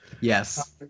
Yes